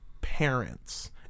parents